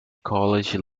college